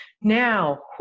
Now